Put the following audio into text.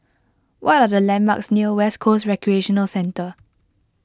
what are the landmarks near West Coast Recreational Centre